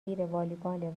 والیبال